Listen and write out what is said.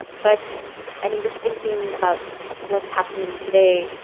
but i mean, just thinking about what's happening today,